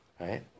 Right